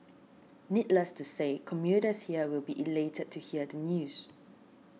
needless to say commuters here will be elated to hear the news